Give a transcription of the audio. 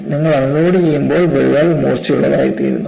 നിങ്ങൾ അൺലോഡുചെയ്യുമ്പോൾ വിള്ളൽ മൂർച്ചയുള്ളതായിത്തീർന്നു